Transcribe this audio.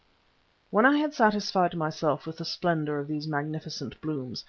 when i had satisfied myself with the splendour of these magnificent blooms,